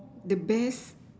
the best